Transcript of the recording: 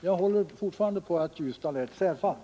Jag vidhåller fortfarande att Ljusdal är särfall.